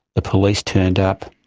the police turned up,